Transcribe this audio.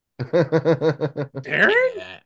Darren